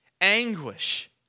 anguish